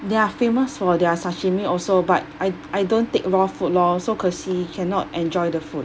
they're famous for their sashimi also but I I don't take raw food lor so 可惜 cannot enjoy the food